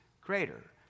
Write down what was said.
greater